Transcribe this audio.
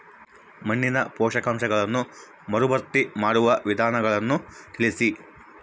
ಮಣ್ಣಿನ ಪೋಷಕಾಂಶಗಳನ್ನು ಮರುಭರ್ತಿ ಮಾಡುವ ವಿಧಾನಗಳನ್ನು ತಿಳಿಸಿ?